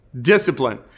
Discipline